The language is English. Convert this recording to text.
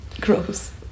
Gross